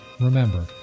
Remember